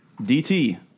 DT